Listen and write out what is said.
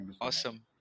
Awesome